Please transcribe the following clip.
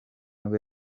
nibwo